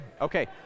Okay